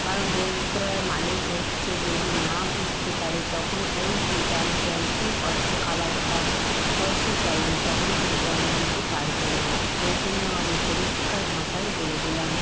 কারণ রেস্তোরাঁর মালিক হচ্ছে যদি না বুঝতে পারে তখন ওই যেটা আমি ক্যান্সেল অড খাবারটা পয়সা চাইবে তখন কিন্তু আমি দিতে পারব না ওই জন্য আমি পরিষ্কার ভাষায় বলে দিলাম